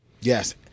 Yes